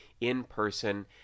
in-person